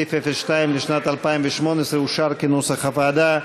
סעיף 02 לשנת 2018 אושר כנוסח הוועדה.